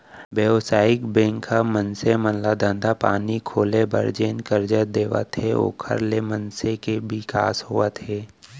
बेवसायिक बेंक ह मनसे मन ल धंधा पानी खोले बर जेन करजा देवत हे ओखर ले मनसे के बिकास होवत हे